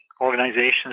organizations